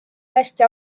hästi